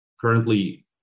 Currently